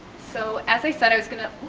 so as i said, i was gonna